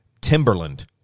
Timberland